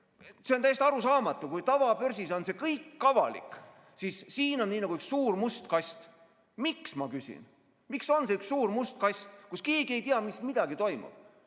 See on täiesti arusaamatu. Kui tavabörsil on see kõik avalik, siis siin on nagu üks suur must kast. Miks, ma küsin. Miks on see üks suur must kast ja keegi ei tea, mis toimub?